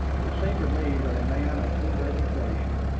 it seemed to me that a man of his education,